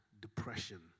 depression